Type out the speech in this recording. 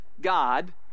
God